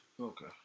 Okay